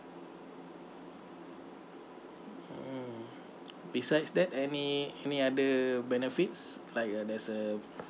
mm besides that any any other benefits like uh there's a